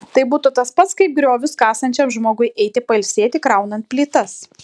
tai būtų tas pats kaip griovius kasančiam žmogui eiti pailsėti kraunant plytas